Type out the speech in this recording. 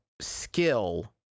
skill